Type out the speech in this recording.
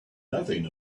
nothing